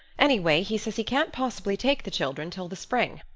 anyway, he says he can't possibly take the children till the spring.